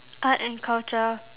art and culture